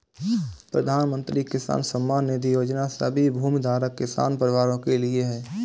प्रधानमंत्री किसान सम्मान निधि योजना सभी भूमिधारक किसान परिवारों के लिए है